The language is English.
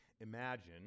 imagine